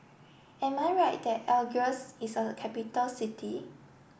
am I right that Algiers is a capital city